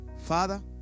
Father